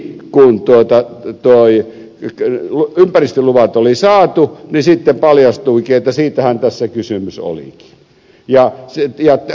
no nyt sitten heti kun ympäristöluvat oli saatu niin paljastuikin että siitähän tässä kysymys olikin